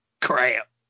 crap